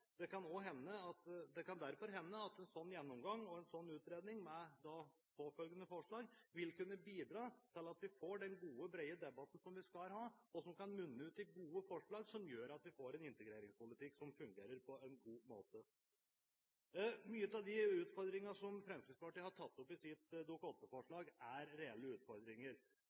Det kan derfor hende at en sånn gjennomgang og en sånn utredning, med påfølgende forslag, vil kunne bidra til at vi får den gode, brede debatten vi skal ha, og som kan munne ut i gode forslag som gjør at vi får en integreringspolitikk som fungerer på en god måte. Mange av de utfordringene Fremskrittspartiet har tatt opp i sitt Dokument 8-forslag, er reelle utfordringer.